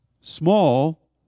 small